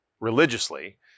religiously